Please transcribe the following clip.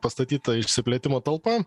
pastatyta išsiplėtimo talpa